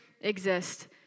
exist